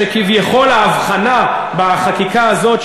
שכביכול יש הבחנה בחקיקה הזאת,